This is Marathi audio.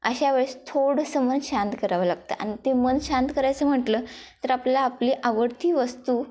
अशावेळेस थोडंसं मन शांत करावं लागतं आणि ते मन शांत करायचं म्हटलं तर आपल्याला आपली आवडती वस्तू